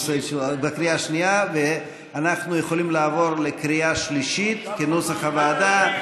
אנחנו יכולים לעבור לקריאה שלישית, כנוסח הוועדה.